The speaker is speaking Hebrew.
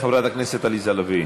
חברת הכנסת עליזה לביא,